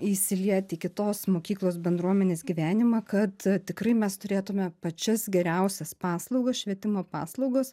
įsilieti į kitos mokyklos bendruomenės gyvenimą kad tikrai mes turėtume pačias geriausias paslaugas švietimo paslaugos